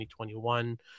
2021